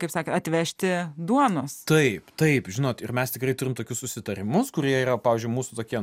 kaip sakė atvežti duonos taip taip žinot ir mes tikrai turim tokius susitarimus kurie yra pavyzdžiui mūsų tokie